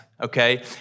Okay